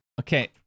Okay